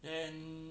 and